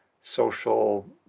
social